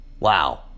Wow